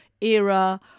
era